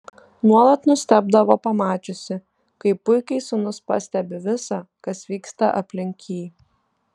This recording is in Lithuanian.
nuolat nustebdavo pamačiusi kaip puikiai sūnus pastebi visa kas vyksta aplink jį